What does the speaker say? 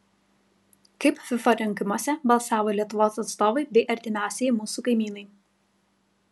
kaip fifa rinkimuose balsavo lietuvos atstovai bei artimiausieji mūsų kaimynai